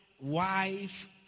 wife